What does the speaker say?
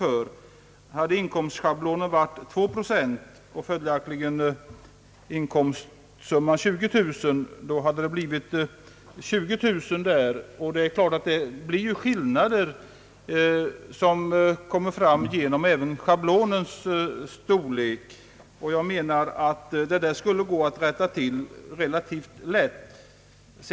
Om inkomstschablonen varit 2 procent och inkomstsumman följaktligen 20000 kronor, hade det ej utnyttjade ränteavdraget blivit 20 000 kronor. Här blir det alltså märkbara skillnader även genom schablonens storlek. Jag menar att detta relativt lätt skulle kunna rättas till.